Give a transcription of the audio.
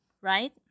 right